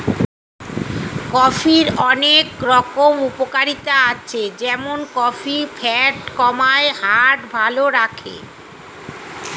কফির অনেক রকম উপকারিতা আছে যেমন কফি ফ্যাট কমায়, হার্ট ভালো রাখে